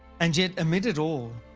and yet amid it all,